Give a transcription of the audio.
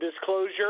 disclosure